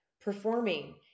performing